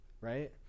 right